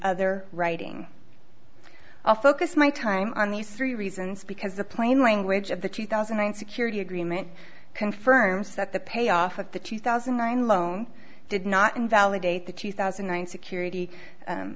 other writing i'll focus my time on these three reasons because the plain language of the two thousand and security agreement confirms that the payoff of the two thousand and nine loan did not invalidate the two thousand and one security